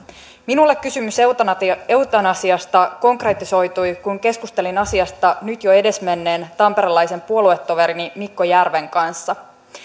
minulle kysymys eutanasiasta konkretisoitui kun keskustelin asiasta nyt jo edesmenneen tamperelaisen puoluetoverini mikko järven kanssa